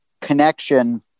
connection